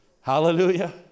Hallelujah